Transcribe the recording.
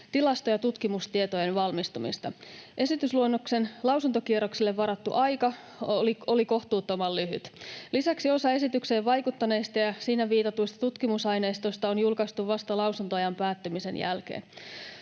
tilasto- ja tutkimustietojen valmistumista. Esitysluonnoksen lausuntokierrokselle varattu aika oli kohtuuttoman lyhyt. Lisäksi osa esitykseen vaikuttaneista ja siinä viitatuista tutkimusaineistoista on julkaistu vasta lausuntoajan päättymisen jälkeen.